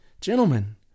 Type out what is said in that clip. Gentlemen